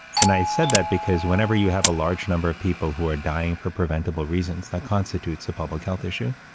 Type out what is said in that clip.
and i said that because whenever you have a large number of people who are dying for preventable reasons, that constitutes a public health issue,